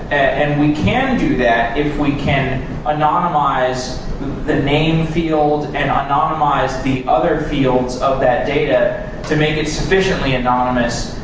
and we can do that if we can anonymize the name field and anonymize the other fields of that data to make it sufficiently anonymous,